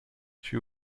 she